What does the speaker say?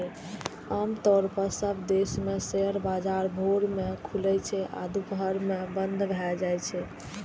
आम तौर पर सब देश मे शेयर बाजार भोर मे खुलै छै आ दुपहर मे बंद भए जाइ छै